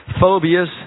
phobias